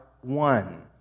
one